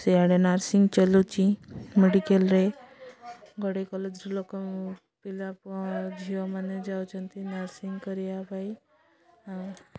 ସିଆଡ଼େ ନର୍ସିଂ ଚଳୁଛି ମେଡ଼ିକାଲ୍ରେ ଗଡ଼େଇ କଲେଜ୍ରେ ଲୋକ ପିଲା ପୁଅ ଝିଅମାନେ ଯାଉଛନ୍ତି ନର୍ସିଂ କରିବା ପାଇଁ ଆଉ